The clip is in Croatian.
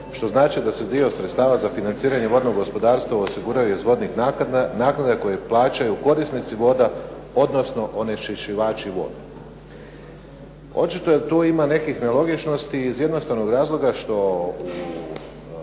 što znači da se dio sredstava za financiranju vodnog gospodarstva osiguraju iz vodnih naknada koje plaćaju korisnici voda odnosno onečišćivači voda. Očito tu ima nekih nelogičnosti iz jednostavnog razloga što